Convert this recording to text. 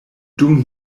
dum